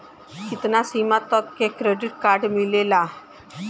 कितना सीमा तक के क्रेडिट कार्ड मिलेला?